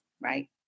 right